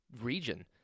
region